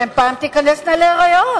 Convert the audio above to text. שמא הן פעם תיכנסנה להיריון,